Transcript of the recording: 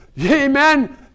Amen